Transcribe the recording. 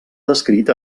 descrit